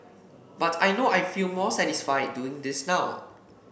but I know I feel more satisfied doing this now